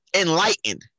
enlightened